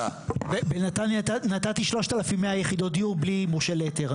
בנתניה נתתי 3,100 יחידות דיור בלי מורשה להיתר.